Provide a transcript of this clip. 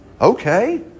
Okay